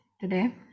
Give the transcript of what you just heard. today